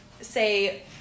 say